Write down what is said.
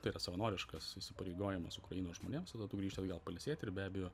tai yra savanoriškas įsipareigojimas ukrainos žmonėms tada tu grįžti atgal pailsėti ir be abejo